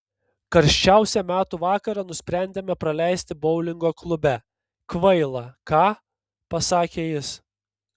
karščiausią metų vakarą nusprendėme praleisti boulingo klube kvaila ką pasakė jis